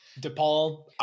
DePaul